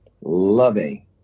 loving